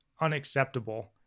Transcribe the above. unacceptable